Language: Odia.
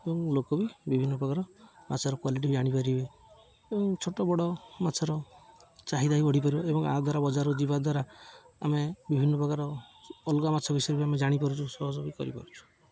ଏବଂ ଲୋକ ବି ବିଭିନ୍ନ ପ୍ରକାର ମାଛର କ୍ଵାଲିଟି ଜାଣିପାରିବେ ଏବଂ ଛୋଟ ବଡ଼ ମାଛର ଚାହିଦା ବି ବଢ଼ିପାରିବ ଏବଂ ଏହା ଦ୍ୱାରା ବଜାରରୁ ଯିବା ଦ୍ୱାରା ଆମେ ବିଭିନ୍ନ ପ୍ରକାର ଅଲଗା ମାଛ ବିଷୟରେ ବି ଆମେ ଜାଣିପାରୁଛୁ ସହଯୋଗ ବି କରିପାରୁଛୁ